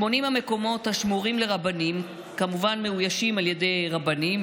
80 המקומות השמורים לרבנים כמובן מאוישים על ידי רבנים,